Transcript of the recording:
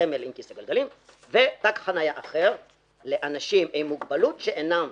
שם יש תג עם סמל של כיסא גלגלים; ותג חניה אחר לאנשים עם מוגבלות שאינם